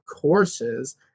courses